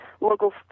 local